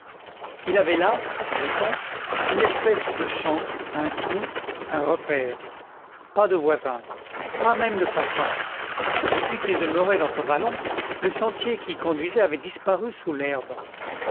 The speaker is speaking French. il avait là disait-on une espèce de champ un trou un repaire pas de voisins pas même de passants depuis qu'il demeurait dans ce vallon le sentier qui y conduisait avait disparu sous l'herbe